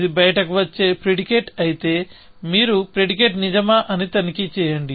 ఇది బయటకు వచ్చే ప్రిడికేట్ అయితే మీరు ప్రిడికేట్ నిజమా అని తనిఖీ చేయండి